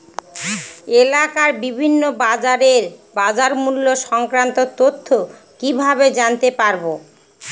এলাকার বিভিন্ন বাজারের বাজারমূল্য সংক্রান্ত তথ্য কিভাবে জানতে পারব?